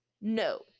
No